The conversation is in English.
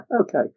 okay